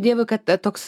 dievui kada toks